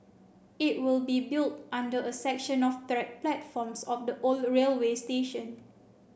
it will be built under a section of track platforms of the old railway station